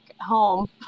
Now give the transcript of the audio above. home